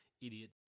idiot